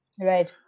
right